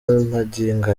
magingo